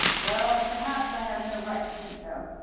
well, perhaps i have no right to think so.